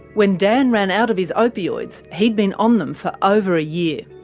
when dan ran out of his opioids he'd been on them for over a year.